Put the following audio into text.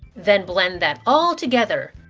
then blend that all together.